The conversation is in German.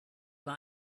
war